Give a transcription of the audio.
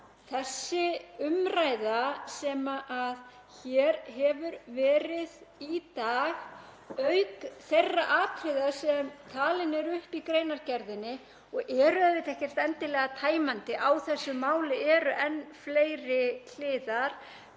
þessi umræða sem hér hefur verið í dag, auk þeirra atriða sem talin eru upp í greinargerðinni og eru auðvitað ekkert endilega tæmandi, á þessu máli eru enn fleiri hliðar,